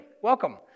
Welcome